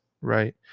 right